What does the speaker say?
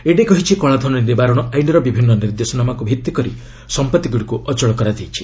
ED କହିଛି କଳାଧନ ନିବାରଣ ଆଇନର ବିଭିନ୍ନ ନିର୍ଦ୍ଦେଶନାମାକୁ ଭିତ୍ତିକରି ସମ୍ପଭିଗୁଡ଼ିକୁ ଅଚଳ କରାଯାଇଛି